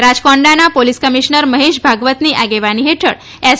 રાચકોંડાના police commissioner Mahesh ભાગવતની આગેવાની હેઠળ એસ